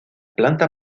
planta